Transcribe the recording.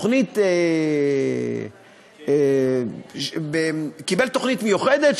הוא קיבל תוכנית מיוחדת,